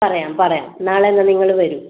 പറയാം പറയാം നാളെ എന്നാൽ നിങ്ങൾ വരൂ